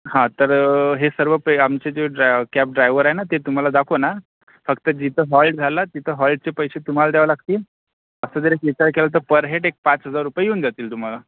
हां तर हे सर्व पे आमचे जे ड्रा कॅब ड्रायव्हर आहे ना ते तुम्हाला दाखवना फक्त जिथं हॉल्ट झाला तिथं हॉल्टचे पैसे तुम्हाला द्यावं लागतील असं जर एक विचार केला तर पर हेड एक पाच हजार रुपये येऊन जातील तुम्हाला